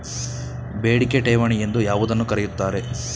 ಬೇಡಿಕೆ ಠೇವಣಿ ಎಂದು ಯಾವುದನ್ನು ಕರೆಯುತ್ತಾರೆ?